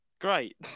Great